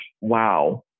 wow